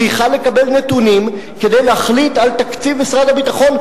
צריכה לקבל נתונים כדי להחליט על תקציב משרד הביטחון,